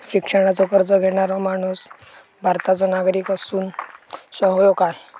शिक्षणाचो कर्ज घेणारो माणूस भारताचो नागरिक असूक हवो काय?